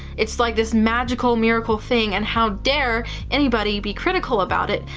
it's like this magical, miracle thing and how dare anybody be critical about it.